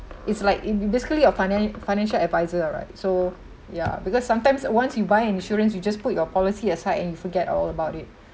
it's like it basically a finance financial advisor right so yeah because sometimes once you buy insurance you just put your policy aside and you forget all about it